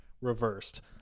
reversed